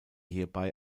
hierbei